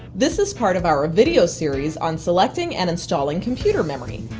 this is part of our ah video series on selecting and installing computer memory.